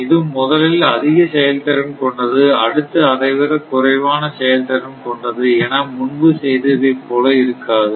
இது முதலில் அதிக செயல்திறன் கொண்டது அடுத்து அதைவிட குறைவான செயல் திறன் கொண்டது என முன்பு செய்ததைப் போல இருக்காது